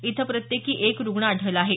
इथं प्रत्येकी एक रुग्ण आढळला आहे